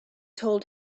told